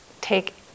take